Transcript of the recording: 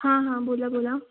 हां हां बोला बोला